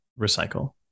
recycle